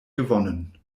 gewonnen